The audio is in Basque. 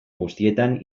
guztietan